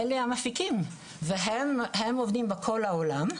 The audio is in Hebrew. אלה מפיקים והם עובדים בכל העולם.